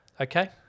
Okay